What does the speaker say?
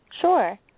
Sure